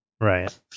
right